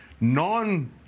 non